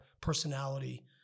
personality